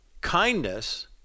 Kindness